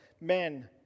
Men